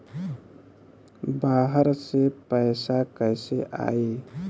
बाहर से पैसा कैसे आई?